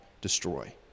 destroy